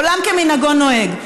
עולם כמנהגו נוהג.